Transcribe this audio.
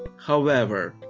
however,